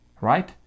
Right